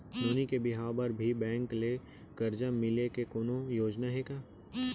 नोनी के बिहाव बर भी बैंक ले करजा मिले के कोनो योजना हे का?